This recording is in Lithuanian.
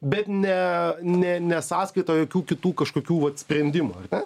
bet ne ne ne sąskaita jokių kitų kažkokių vat sprendimų ar ne